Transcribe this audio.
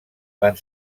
van